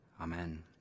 Amen